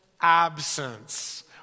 absence